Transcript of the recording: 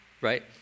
right